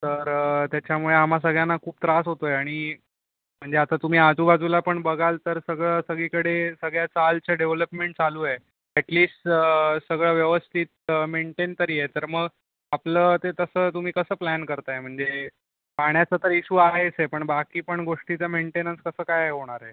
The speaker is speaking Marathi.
तर त्याच्यामुळे आम्हा सगळ्यांना खूप त्रास होतो आहे आणि म्हणजे आता तुम्ही आजूबाजूला पण बघाल तर सगळं सगळीकडे सगळ्या चाळचं डेव्हलपमेंट चालू आहे ॲटलीस्ट सगळं व्यवस्थित मेंटेन तरी आहे तर मग आपलं ते तसं तुम्ही कसं प्लॅन करताय म्हणजे पाण्याचा तर इशू आहेच आहे पण बाकी पण गोष्टीचा मेंटेनन्स कसं काय होणार आहे